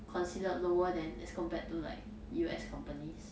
considered lower than as compared to like U_S companies